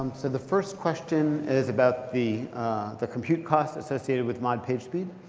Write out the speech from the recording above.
so the first question is about the the compute costs associated with mod pagespeed.